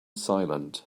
silent